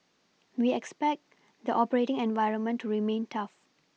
we expect the operating environment to remain tough